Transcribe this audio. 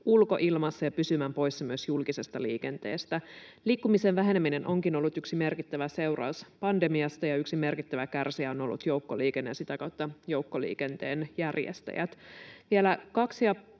ulkoilmassa ja pysymään poissa myös julkisesta liikenteestä. Liikkumisen väheneminen onkin ollut yksi merkittävä seuraus pandemiasta, ja yksi merkittävä kärsijä on ollut joukkoliikenne ja sitä kautta joukkoliikenteen järjestäjät. Vielä kaksi